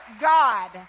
God